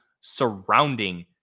surrounding